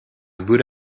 would